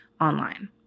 online